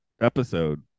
episode